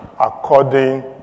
according